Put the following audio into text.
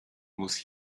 muss